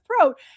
throat